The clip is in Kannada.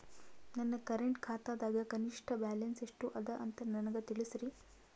ನನ್ನ ಕರೆಂಟ್ ಖಾತಾದಾಗ ಕನಿಷ್ಠ ಬ್ಯಾಲೆನ್ಸ್ ಎಷ್ಟು ಅದ ಅಂತ ನನಗ ತಿಳಸ್ರಿ